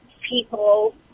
people